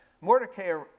Mordecai